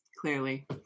clearly